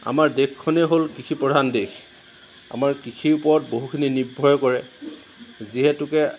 আমাৰ দেশখনেই হ'ল কৃষি প্ৰধান দেশ আমাৰ কৃষিৰ ওপৰত বহুখিনি নিৰ্ভৰ কৰে যিহেতুকে